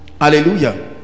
Hallelujah